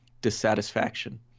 dissatisfaction